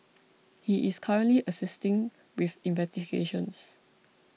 he is currently assisting with investigations